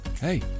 hey